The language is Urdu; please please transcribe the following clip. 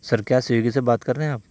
سر کیا سویگی سے بات کر رہے ہیں آپ